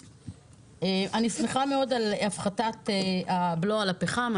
אני שמחה מאוד על הפחתת הבלו על הפחם,